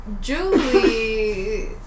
Julie